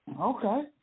Okay